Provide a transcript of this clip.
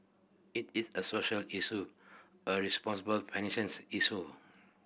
it is a social issue a responsible financings issue